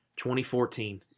2014